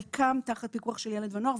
חלקם תחת פיקוח של ילד ונוער,